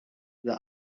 the